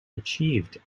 achieved